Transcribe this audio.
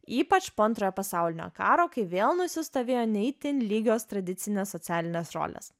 ypač po antrojo pasaulinio karo kai vėl nusistovėjo ne itin lygios tradicinės socialinės rolės